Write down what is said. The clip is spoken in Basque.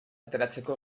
ateratzeko